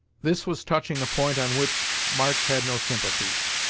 this was touching a point on which march had no sympathies,